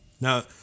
now